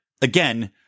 again